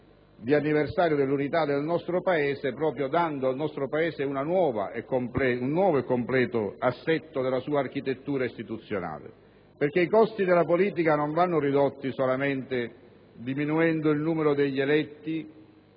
anniversario dell'Unità d'Italia proprio dando al nostro Paese un nuovo e completo assetto della sua architettura istituzionale. Infatti, i costi della politica non vanno ridotti solamente diminuendo il numero degli eletti